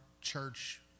church